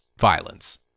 violence